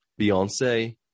Beyonce